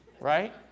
right